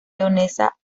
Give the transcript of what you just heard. leonesa